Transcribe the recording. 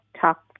talk